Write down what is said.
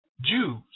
Jews